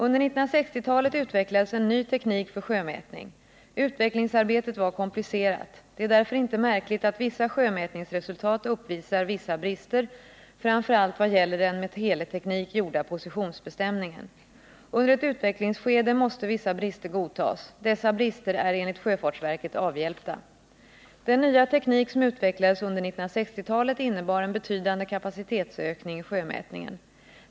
Under 1960-talet utvecklades en ny teknik för sjömätning. Utvecklingsarbetet var komplicerat. Det är därför inte märkligt att vissa sjömätningsresultat uppvisar en del brister, framför allt vad gäller den med teleteknik gjorda positionsbestämningen. Under ett utvecklingsskede måste vissa brister godtas. Dessa brister är enligt sjöfartsverket avhjälpta. Den nya teknik som utvecklades under 1960-talet innebar en betydande kapacitetsökning i sjömätningen.